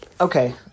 Okay